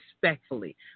respectfully